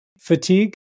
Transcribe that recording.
fatigue